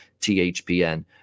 THPN